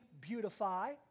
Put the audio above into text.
beautify